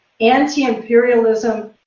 anti-imperialism